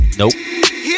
nope